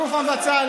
הגוף המבצע,